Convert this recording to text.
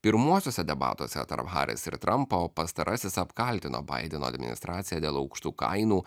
pirmuosiuose debatuose tarp haris ir trampo pastarasis apkaltino baideno administraciją dėl aukštų kainų